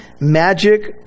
magic